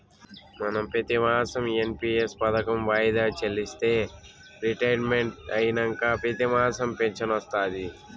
మనం పెతిమాసం ఎన్.పి.ఎస్ పదకం వాయిదా చెల్లిస్తే రిటైర్మెంట్ అయినంక పెతిమాసం ఫించనొస్తాది